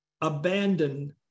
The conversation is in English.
Abandon